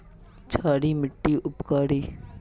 क्षारी मिट्टी उपकारी?